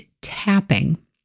tapping